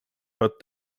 but